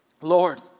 Lord